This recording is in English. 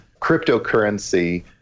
cryptocurrency